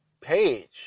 page